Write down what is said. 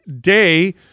day